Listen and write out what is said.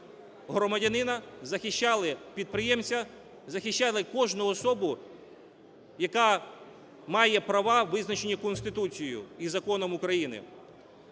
громадянина, захищали підприємця, захищали кожну особу, яка має права, визначені Конституцією і законом України.